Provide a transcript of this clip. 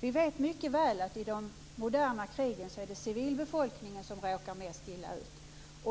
Vi vet mycket väl att i de moderna krigen är det civilbefolkningen som råkar mest illa ut.